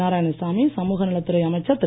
நாராயணசாமி சமூக நலத்துறை அமைச்சர் திரு